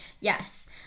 Yes